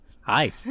hi